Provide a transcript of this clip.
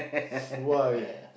why